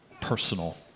personal